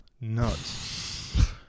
Nuts